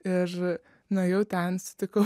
ir nuėjau ten sutikau